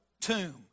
tomb